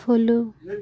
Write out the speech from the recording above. follow